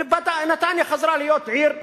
והיום נתניה חזרה להיות עיר נורמטיבית.